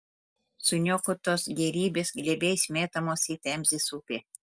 suniokotos gėrybės glėbiais metamos į temzės upę